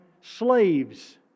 slaves